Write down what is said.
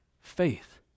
faith